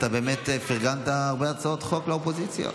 אתה באמת פרגנת הרבה הצעות חוק לאופוזיציה.